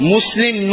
Muslim